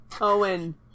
Owen